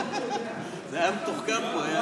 זה היה מתוחכם פה.